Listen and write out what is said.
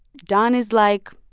don is like,